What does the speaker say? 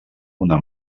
una